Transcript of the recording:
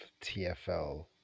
TFL